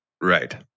Right